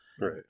right